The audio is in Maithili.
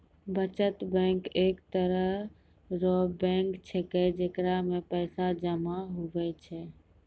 बचत बैंक एक तरह रो बैंक छैकै जेकरा मे पैसा जमा हुवै छै